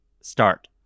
start